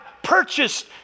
purchased